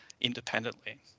independently